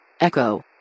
Echo